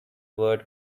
word